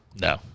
No